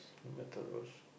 a metal rose